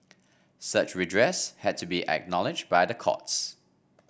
such redress had to be acknowledged by the courts